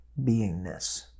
beingness